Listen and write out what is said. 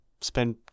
spend